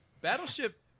battleship